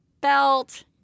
Belt